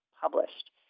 published